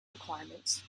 requirements